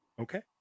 Okay